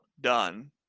done